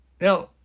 Now